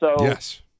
Yes